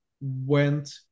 went